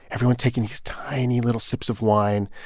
everyone taking these tiny little sips of wine.